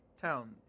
town